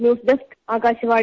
news desk Akashvani